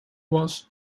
was